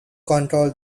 control